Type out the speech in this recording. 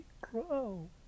grow